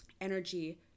energy